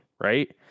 Right